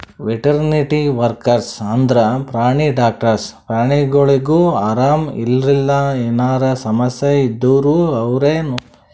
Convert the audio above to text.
veterinary workers ಅಂದ್ರ ಪ್ರಾಣಿ doctors ಪ್ರಾಣಿಗೊಳಿಗ್ ಆರಾಮ್ ಇರ್ಲಿಲ್ಲ ಎನರೆ ಸಮಸ್ಯ ಇದ್ದೂರ್ ಇವ್ರೇ ನೋಡ್ತಾರ್